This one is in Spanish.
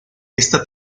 esta